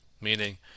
Meaning